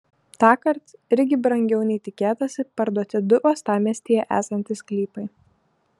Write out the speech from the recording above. tąkart irgi brangiau nei tikėtasi parduoti du uostamiestyje esantys sklypai